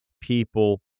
people